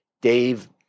Dave